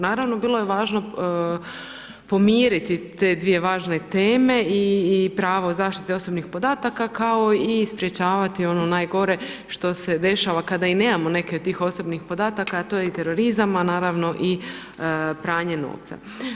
Naravno bilo je važno pomiriti te dvije važne teme i pravo zaštite osobnih podataka kao i sprječavati ono najgore što se dešava kada i nemamo neke od tih osobnih podataka a to je i terorizam a naravno i pranje novca.